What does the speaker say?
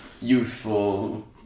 youthful